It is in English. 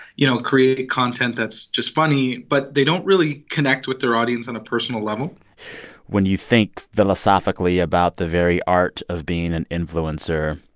you know, create content that's just funny, but they don't really connect with their audience on a personal level when you think philosophically about the very art of being an influencer,